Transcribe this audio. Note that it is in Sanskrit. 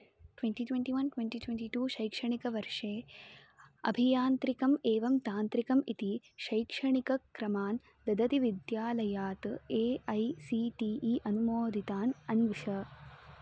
twenty twenty one twenty twenty two शैक्षणिकवर्षे अभियान्त्रिकम् एवं तान्त्रिकम् इति शैक्षणिकक्रमान् ददति विद्यालयात् A I C T E अनुमोदितान् अन्विष